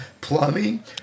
plumbing